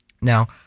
Now